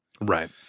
right